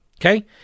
Okay